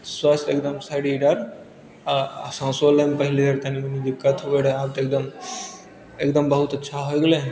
स्वास्थ एगदम शरीरक आओर साँसो लैमे पहिले कनी मनी दिक्कत होइ रहए आब तऽ एगदम एगदम बहुत अच्छा होइ गेलय हँ